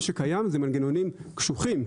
מה שקיים זה מנגנונים קשוחים,